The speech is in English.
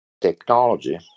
technology